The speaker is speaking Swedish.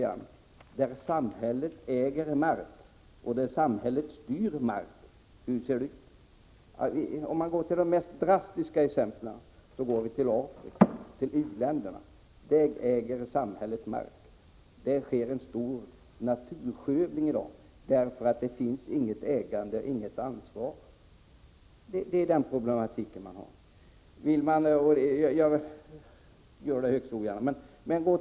Hur ser det ut där samhället äger marken och där samhället bestämmer över marken? De mest drastiska exemplen kan tas från Afrika, från många u-länder. Där äger samhället marken, och där sker i dag en omfattande naturskövling därför att det inte finns någon ägare som har ansvar. Den problematiken uppstår.